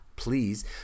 please